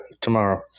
tomorrow